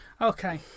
okay